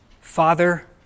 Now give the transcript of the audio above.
Father